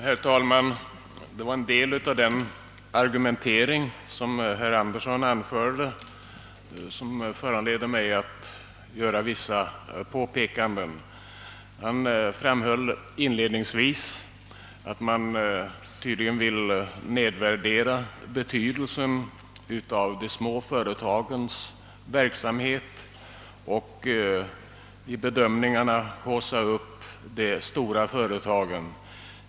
Herr talman! En del av herr Anderssons i Örebro argumentering föranleder mig att göra vissa påpekanden. Han framhöll inledningsvis, att man tydligen vill nedvärdera betydelsen av de små företagens verksamhet och vid bedömningarna haussa upp de stora företagen.